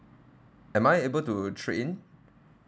am I able to trade in